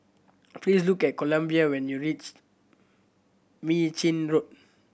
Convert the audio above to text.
please look at Columbia when you reach Mei Chin Road